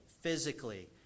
physically